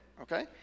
okay